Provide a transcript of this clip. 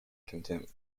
contempt